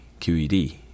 QED